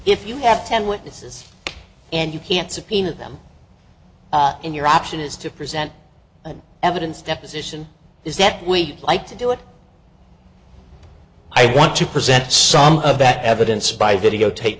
if you have ten witnesses and you can't subpoena them in your option is to present an evidence deposition is that we'd like to do it i want to present some of that evidence by videotape